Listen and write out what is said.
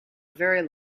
very